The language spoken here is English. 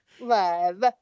love